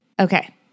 Okay